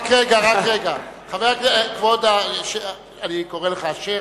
רק רגע, רק רגע, אני רוצה לומר לך.